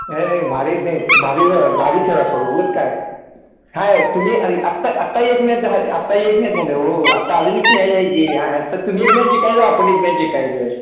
हे भारी नाही भारी भारी खेळला उगाच काय आहे तुम्ही आणि आत्ता आत्ताही एक मॅच ह आत्ता एक मॅच झाले हो आत्ता अजून एक मॅच आहे की आत्ता तुम्ही एक मॅच जिंकायला आपण एक मॅच जिंकायचं